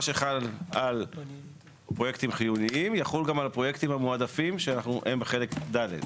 מה שחל על פרויקטים חיוניים יחול גם על פרויקטים מועדפים שהם בחלק ד'.